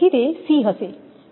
તેથી તે c હશે